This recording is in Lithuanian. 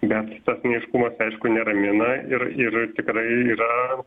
bent tas neaiškumas aišku neramina ir ir tikrai yra